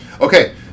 Okay